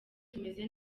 tumeze